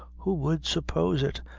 who would suppose it!